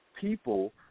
people